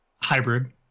Hybrid